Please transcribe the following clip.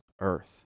earth